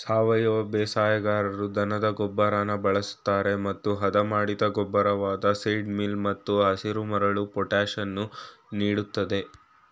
ಸಾವಯವ ಬೇಸಾಯಗಾರರು ದನದ ಗೊಬ್ಬರನ ಬಳಸ್ತರೆ ಮತ್ತು ಹದಮಾಡಿದ ಗೊಬ್ಬರವಾದ ಸೀಡ್ ಮೀಲ್ ಮತ್ತು ಹಸಿರುಮರಳು ಪೊಟ್ಯಾಷನ್ನು ನೀಡ್ತದೆ